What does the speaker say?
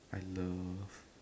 I love